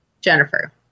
Jennifer